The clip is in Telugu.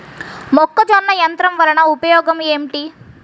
మొక్కజొన్న యంత్రం వలన ఉపయోగము ఏంటి?